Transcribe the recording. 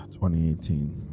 2018